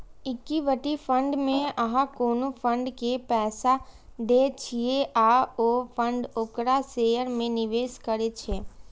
equity fund मे अहां कोनो फंड के पैसा दै छियै आ ओ फंड ओकरा शेयर मे निवेश करै छै